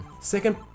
second